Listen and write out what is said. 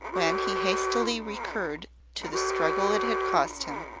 when he hastily recurred to the struggle it had cost him,